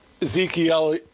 Ezekiel